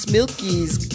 Milky's